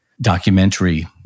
documentary